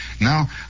Now